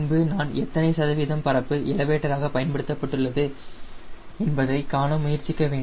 பின்பு நான் எத்தனை சதவீதம் பரப்பு எலிவேட்டராக பயன்படுத்தப்பட்டுள்ளது என்பதை காண முயற்சிக்க வேண்டும்